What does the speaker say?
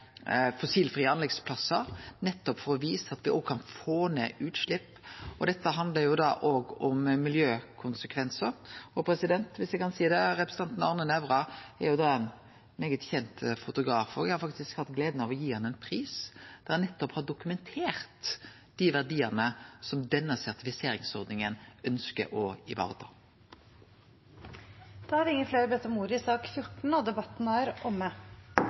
om eg kan seie det: Representanten Arne Nævra er òg ein svært kjend fotograf, og eg har faktisk hatt gleda av å gi han ein pris, nettopp for å ha dokumentert dei verdiane denne sertifiseringsordninga ønskjer å vareta. Flere har ikke bedt om ordet til sak nr. 14. Etter ønske fra transport- og kommunikasjonskomiteen vil presidenten ordne debatten